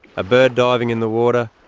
a bird diving in the water.